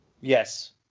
Yes